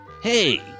Hey